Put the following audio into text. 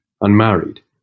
unmarried